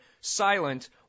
silent